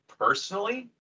Personally